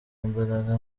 imbaraga